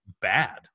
bad